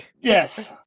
Yes